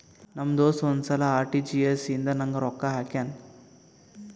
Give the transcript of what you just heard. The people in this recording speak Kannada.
ನಮ್ ದೋಸ್ತ ಒಂದ್ ಸಲಾ ಆರ್.ಟಿ.ಜಿ.ಎಸ್ ಇಂದ ನಂಗ್ ರೊಕ್ಕಾ ಹಾಕ್ಯಾನ್